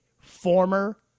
former